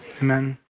Amen